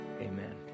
Amen